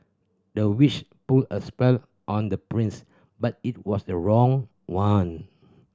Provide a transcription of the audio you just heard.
the witch put a spell on the prince but it was the wrong one